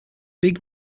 big